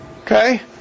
Okay